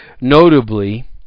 notably